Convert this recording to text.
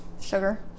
Sugar